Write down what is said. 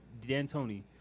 D'Antoni